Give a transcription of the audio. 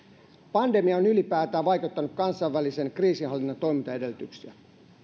pandemia on ylipäätään vaikeuttanut kansainvälisen kriisinhallinnan toimintaedellytyksiä